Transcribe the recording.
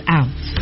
out